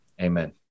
Amen